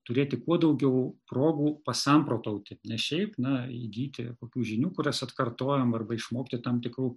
turėti kuo daugiau progų pasamprotauti ne šiaip na įgyti kokių žinių kurias atkartojam arba išmokti tam tikrų